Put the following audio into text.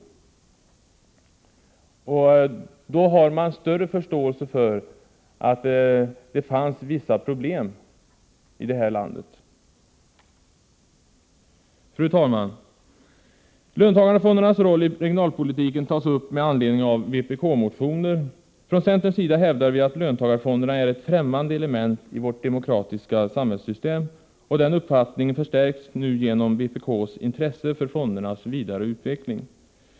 Kommer man ihåg hur det var då, har man större förståelse för att det fanns vissa problem här i landet. Fru talman! Löntagarfondernas roll i regionalpolitiken tas upp med anledning av vpk-motioner. Från centerns sida hävdar vi att löntagarfonderna är ett ffrämmande element i vårt demokratiska samhällssystem, och den uppfattningen förstärks nu genom vpk:s intresse för fondernas vidare utveckling.